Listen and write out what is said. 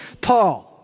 Paul